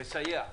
לסייע.